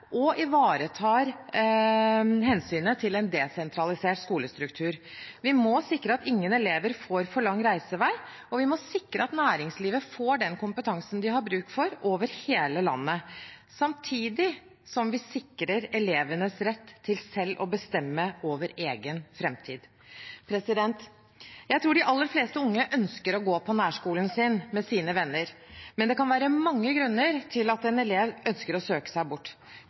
og ivaretar hensynet til en desentralisert skolestruktur. Vi må sikre at ingen elever får for lang reisevei, og vi må sikre at næringslivet får den kompetansen de har bruk for over hele landet, samtidig som vi sikrer elevenes rett til selv å bestemme over egen framtid. Jeg tror de aller fleste unge ønsker å gå på nærskolen sin, med sine venner, men det kan være mange grunner til at en elev ønsker å søke seg bort.